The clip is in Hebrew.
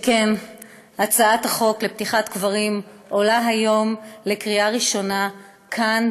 שכן הצעת החוק לפתיחת קברים עולה היום לקריאה ראשונה כאן,